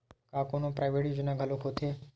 का कोनो प्राइवेट योजना घलोक होथे?